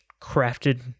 crafted